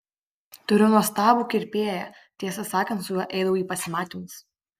turiu nuostabų kirpėją tiesą sakant su juo eidavau į pasimatymus